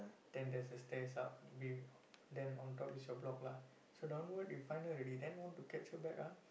then there's a stairs up be~ then on top is your block lah so downward we find her already then want to catch her back ah